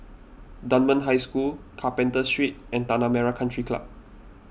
Dunman High School Carpenter Street and Tanah Merah Country Club